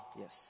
Yes